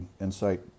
insight